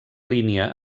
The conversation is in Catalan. línia